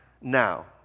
now